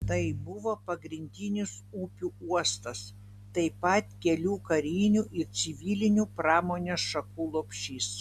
tai buvo pagrindinis upių uostas taip pat kelių karinių ir civilinių pramonės šakų lopšys